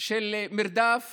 של מרדף